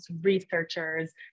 researchers